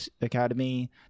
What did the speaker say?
Academy